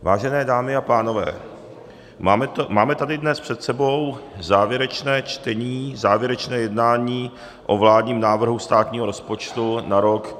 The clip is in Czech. Vážené dámy a pánové, máme tady dnes před sebou závěrečné čtení, závěrečné jednání o vládním návrhu státního rozpočtu na rok 2021.